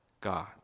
God